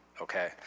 okay